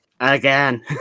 again